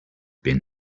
been